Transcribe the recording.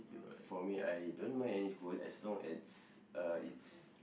for me I don't mind any school as long as it's